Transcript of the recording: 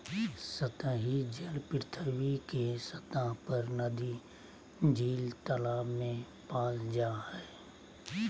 सतही जल पृथ्वी के सतह पर नदी, झील, तालाब में पाल जा हइ